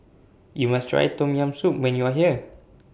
YOU must Try Tom Yam Soup when YOU Are here